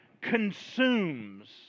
consumes